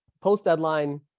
post-deadline